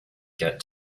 get